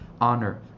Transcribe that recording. honor